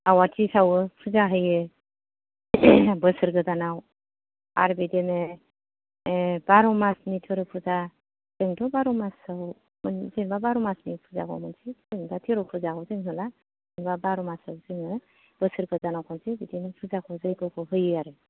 आवाथि सावो फुजा होयो बोसोर गोदानाव आरो बिदिनो बार' मासनि थेर' फुजा जोंथ' बार' मासाव माने जेनेबा बार' मासनि फुजाखौ मोनसे जेनेबा थेर' फुजाखौ जों होला जेनेबा बार' मासाव जोङो बोसोर गोदानाव खनसे बिदिनो फुजाखौ जैग'खौ होयो आरो